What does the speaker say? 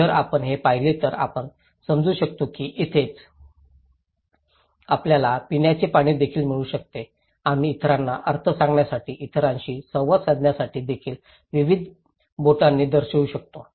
जर आपण हे पाहिले तर आपण समजू शकता की येथेच आपल्याला पिण्याचे पाणी देखील मिळू शकते आम्ही इतरांना अर्थ सांगण्यासाठी इतरांशी संवाद साधण्यासाठी देखील विविध बोटांनी दर्शवू शकतो